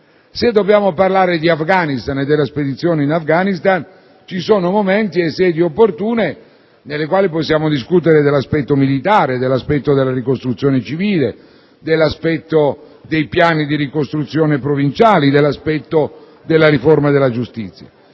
se dobbiamo parlare di Afghanistan e della spedizione in Afghanistan, ci sono momenti e sedi opportune nelle quali possiamo discutere dell'aspetto militare, della ricostruzione civile, dei piani di ricostruzione provinciali, della riforma della giustizia.